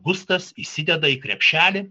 gustas įsideda į krepšelį